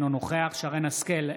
אינו נוכח שרן מרים השכל,